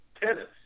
Tennis